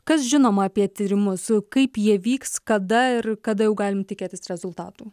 kas žinoma apie tyrimus kaip jie vyks kada ir kada jau galim tikėtis rezultatų